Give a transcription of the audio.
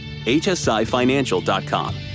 hsifinancial.com